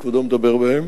תמנע מפגעים תברואתיים,